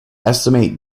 estimate